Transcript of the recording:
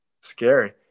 Scary